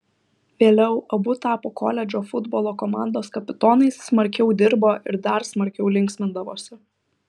vėliau abu tapo koledžo futbolo komandos kapitonais smarkiai dirbo ir dar smarkiau linksmindavosi